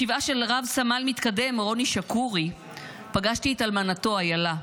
בשבעה של רב-סמל מתקדם רוני שקורי פגשתי את אלמנתו איילה.